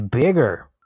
bigger